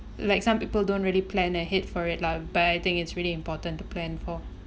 like some people don't really plan ahead for it lah but I think it's really important to plan for